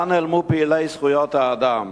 לאן נעלמו פעילי זכויות האדם?